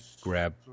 grab